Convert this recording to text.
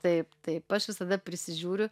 taip taip aš visada prisižiūriu